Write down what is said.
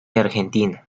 argentina